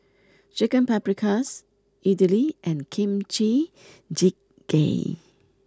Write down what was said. Chicken Paprikas Idili and Kimchi Jjigae